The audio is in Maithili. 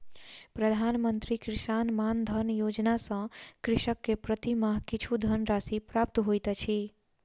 प्रधान मंत्री किसान मानधन योजना सॅ कृषक के प्रति माह किछु धनराशि प्राप्त होइत अछि